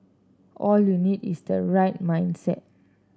all you need is the right mindset